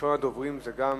כראשון הדוברים, זו גם